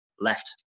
Left